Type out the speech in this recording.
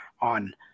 on